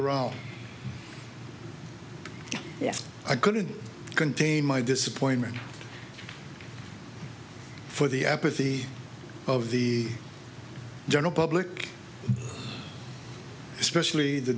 role i couldn't contain my disappointment for the apathy of the general public especially the